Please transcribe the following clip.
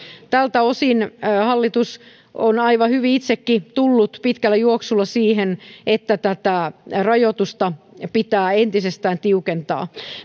tältä osin hallitus on aivan hyvin itsekin tullut pitkällä juoksulla siihen että tätä rajoitusta pitää entisestään tiukentaa